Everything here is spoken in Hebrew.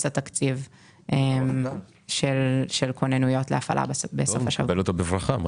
התקציב של כוננויות להפעלה בסוף השבוע.